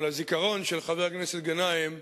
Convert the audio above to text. אבל הזיכרון של חבר הכנסת גנאים,